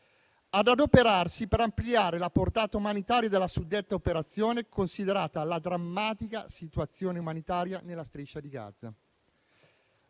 di adoperarsi per ampliare la portata umanitaria della suddetta operazione, considerata la drammatica situazione umanitaria nella Striscia di Gaza;